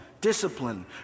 discipline